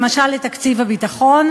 למשל את תקציב הביטחון,